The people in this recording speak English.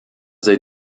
they